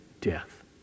death